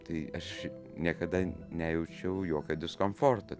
tai aš niekada nejaučiau jokio diskomforto